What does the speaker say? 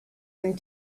and